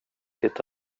hitta